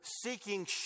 seeking